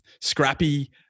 scrappy